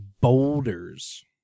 Boulders